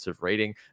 rating